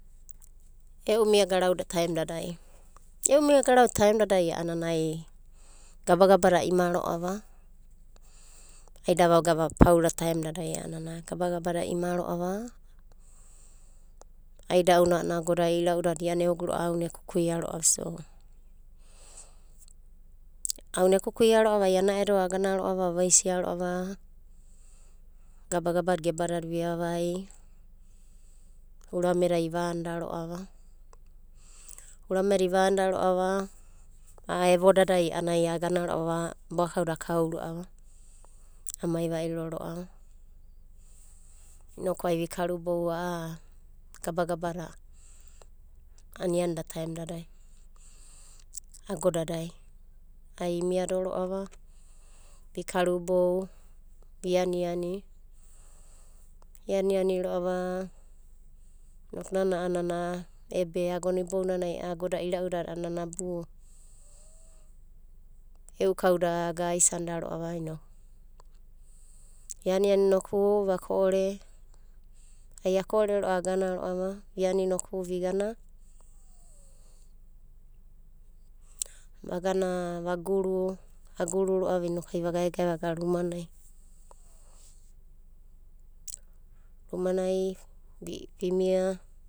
E'u miagarau da taemdadai a'anai gebagebada a ima ro'ava ai da vaga vapaura taemdadai a'ana gabagabada a ima ro'ava, aida'una a'anai ianana agoda ira'udada iana eoguro'a auna ekukuia ro'ava. Ai ana eda agana avaisia ro'ava gababagada gebadada vivavai, urameda ivanida ro'ava, urame da ivanda ro'ava a'a a'a evodadai a'anai agana ro'ava boakauda akau ro'ava amai va'iro ro'ava, inokai vikarubou a'a gebagabada anianida taem dadai agodada ai imiado ro'ava vikarubou, vi aniani. I aninai ro'ava nana a'anana ea agona ibounanai agoda ira'udada e'u kauda aga aisanda ro'ava inoku ianiani noku vako'ore, ai ako'ore ro'a agana ro'ava viani noku vagana a guru ro'ava inoku ai vagaeg vaguna rumani vimia.